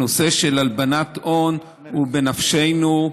הנושא של הלבנת הון הוא בנפשנו,